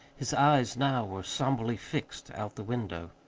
his eyes now were somberly fixed out the window.